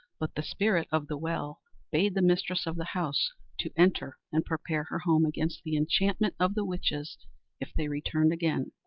but the spirit of the well bade the mistress of the house to enter and prepare her home against the enchantments of the witches if they returned again.